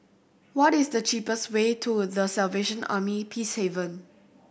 what is the cheapest way to The Salvation Army Peacehaven